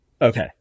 Okay